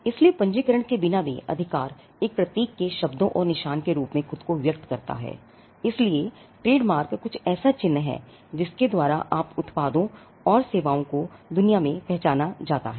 इसलिए पंजीकरण के बिना भी अधिकार एक प्रतीक के शब्दों और निशान के रूप में खुद को व्यक्त करता है इसलिए ट्रेडमार्क कुछ ऐसा चिह्न है जिसके द्वारा आपके उत्पादों और सेवाओं को दुनिया द्वारा पहचाना जाता है